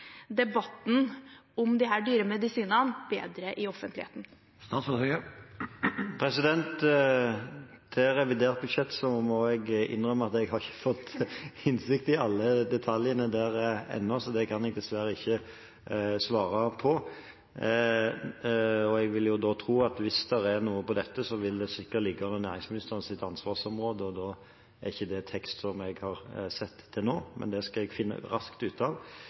debatten om disse dyre medisinene bedre i offentligheten. Når det gjelder revidert budsjett, må jeg innrømme at jeg har ikke fått innsikt i alle detaljene der ennå, så det kan jeg dessverre ikke svare på. Jeg vil tro at hvis det er noe på dette, vil det sikkert ligge under næringsministerens ansvarsområde, og da er ikke det en tekst som jeg har sett til nå, men det skal jeg raskt finne ut av.